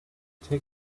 taking